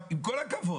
עם כל הכבוד,